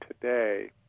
today